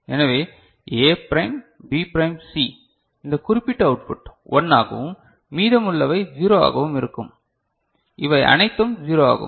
எனவே A prime B prime C இந்த குறிப்பிட்ட அவுட்புட் 1 ஆகவும் மீதமுள்ளவை 0 ஆகவும் இருக்கும் இவை அனைத்தும் 0 ஆகும்